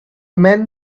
men